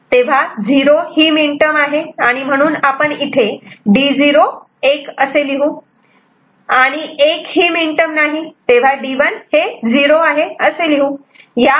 तेव्हा 0 ही minterm आहे आणि म्हणून आपण इथे D0 1 असे लिहू आणि 1 हि मीन टर्म नाही तेव्हा D1 0 असे लिहू